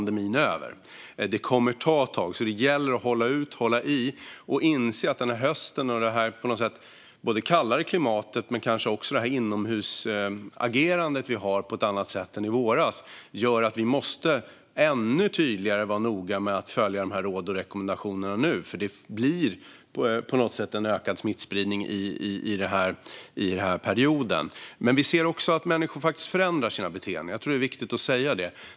Det kommer att ta ett tag, så det gäller att hålla ut och hålla i och att inse att den här hösten samt både det kallare klimatet och det inomhusagerande vi har på ett annat sätt än i våras gör att vi nu måste vara ännu mer noga med att följa råden och rekommendationerna. Det blir på något sätt en ökad smittspridning under denna period. Vi ser också att människor faktiskt förändrar sitt beteende; jag tror att det är viktigt att säga det.